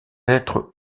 lettre